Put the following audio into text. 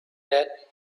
date